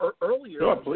Earlier